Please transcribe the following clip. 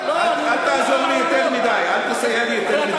לא, אל תעזור לי יותר מדי, אל תסייע לי יותר מדי.